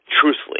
truthfully